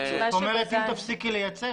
אם תפסיקי לייצר,